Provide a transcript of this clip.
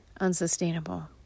unsustainable